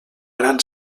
gran